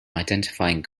identifying